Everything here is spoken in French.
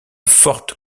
forte